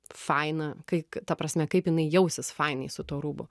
faina kai ta prasme kaip jinai jausis fainei su tuo rūbu